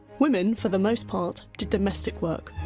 women, for the most part, did domestic work.